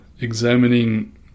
examining